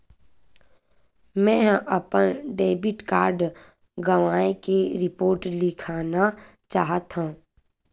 मेंहा अपन debit card गवाए के रिपोर्ट लिखना चाहत हव